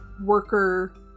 worker